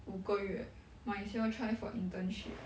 五个月 might as well try for internship